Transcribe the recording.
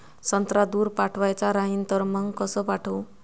संत्रा दूर पाठवायचा राहिन तर मंग कस पाठवू?